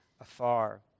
afar